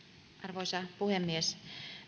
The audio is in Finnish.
arvoisa puhemies